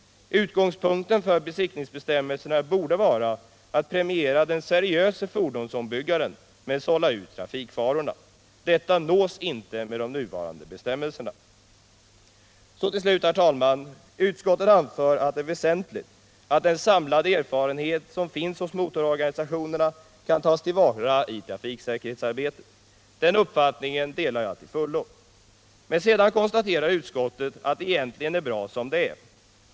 Utgångspunkten för besiktningsbestäm = Trafiksäkerhet och melserna borde vara att premiera den seriöse fordonsbyggaren men sålla — trafikföreskrifter, ut trafikfarorna. Detta nås inte med de nuvarande bestämmelserna. m.m. Så till slut, herr talman: Utskottet anför att det är väsentligt att den samlade erfarenhet som finns hos motororganisationerna tas till vara i trafiksäkerhetsarbetet. Den uppfattningen delar jag till fullo. Men sedan konstaterar utskottet att det egentligen är bra som det är.